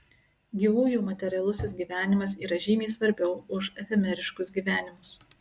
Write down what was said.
gyvųjų materialusis gyvenimas yra žymiai svarbiau už efemeriškus gyvenimus